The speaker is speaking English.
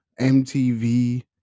MTV